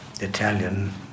Italian